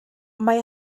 mae